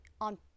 on